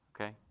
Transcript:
Okay